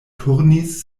turnis